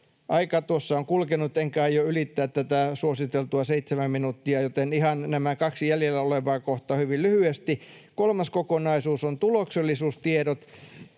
tuossa on kulkenut, enkä aio ylittää tätä suositeltua seitsemää minuuttia, joten ihan nämä kaksi jäljellä olevaa kohtaa hyvin lyhyesti. Kolmas kokonaisuus on tuloksellisuustiedot.